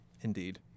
Indeed